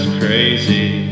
crazy